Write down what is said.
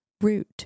root